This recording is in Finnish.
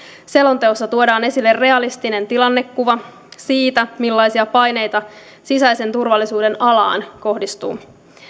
selonteossa tuodaan esille realistinen tilannekuva siitä millaisia paineita sisäisen turvallisuuden alaan kohdistuu